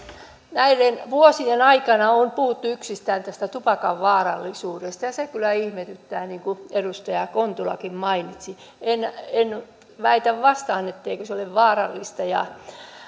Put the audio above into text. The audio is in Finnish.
näiden vuosien aikana on puhuttu yksistään tästä tupakan vaarallisuudesta ja se kyllä ihmetyttää niin kuin edustaja kontulakin mainitsi en en väitä vastaan etteikö se ole vaarallista